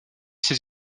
ses